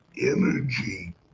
Energy